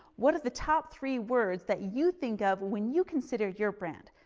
what are the top three words that you think of when you consider your brand.